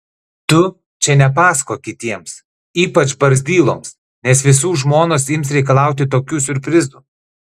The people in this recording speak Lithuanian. tu čia nepasakok kitiems ypač barzdyloms nes visų žmonos ims reikalauti tokių siurprizų